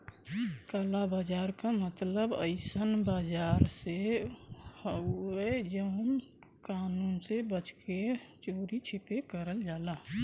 काला बाजार क मतलब अइसन बाजार से हउवे जौन कानून से बच के चोरी छिपे करल जाला